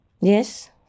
Yes